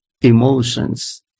emotions